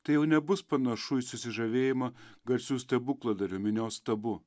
tai jau nebus panašu į susižavėjimą garsiu stebukladariu minios tabu